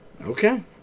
Okay